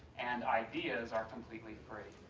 and ideas are completely free.